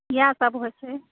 इएह सब होइ छै